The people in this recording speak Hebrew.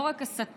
לא רק הסתה,